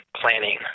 planning